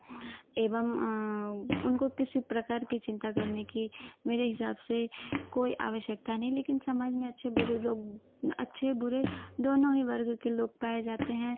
एवं उनको किसी प्रकार कि चिंता करने कि मेरे हिसाब से कोई आवश्यकता नहीं लेकिन समझ में अच्छे बुरे लोग अच्छे बुरे दोनों ही वर्ग के लोग पाए जाते हैं